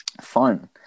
Fun